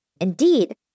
Indeed